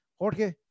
Jorge